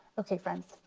okay friends,